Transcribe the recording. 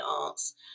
arts